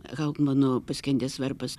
hofmano paskendęs varpas